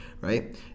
right